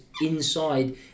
inside